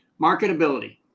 Marketability